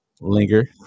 Linger